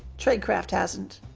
tradecraft hasn't.